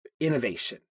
innovation